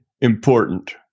important